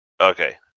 Okay